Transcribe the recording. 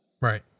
Right